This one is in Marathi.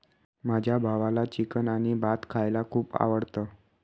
माझ्या भावाला चिकन आणि भात खायला खूप आवडतं